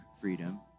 Freedom